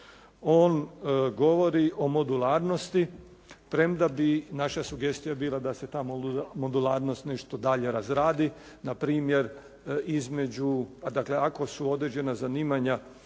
On govori o modularnosti premda bi naša sugestija bila da se tamo modularnost nešto dalje razradi, na primjer ako su određena zanimanja